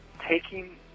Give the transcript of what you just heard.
taking